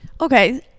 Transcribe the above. Okay